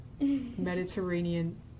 Mediterranean